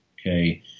okay